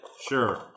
Sure